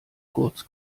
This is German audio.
kurz